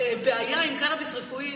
בעיה עם קנביס רפואי.